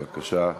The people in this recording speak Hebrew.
בבקשה.